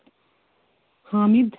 Hamid